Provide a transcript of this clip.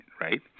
right